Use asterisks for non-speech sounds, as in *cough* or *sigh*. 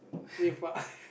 If I *laughs*